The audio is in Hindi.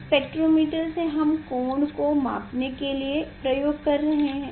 स्पेक्ट्रोमीटर से हम कोण को मापने के लिए उपयोग कर रहे हैं